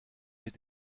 est